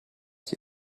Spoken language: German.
die